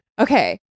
Okay